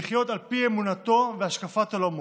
לחיות על פי אמונתו והשקפת עולמו.